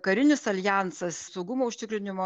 karinis aljansas saugumo užtikrinimo